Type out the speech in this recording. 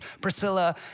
Priscilla